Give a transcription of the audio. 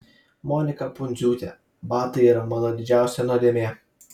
monika pundziūtė batai yra mano didžiausia nuodėmė